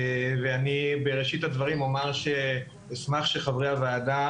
ואני בראשית הדברים אומר שאשמח שחברי הוועדה